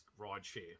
rideshare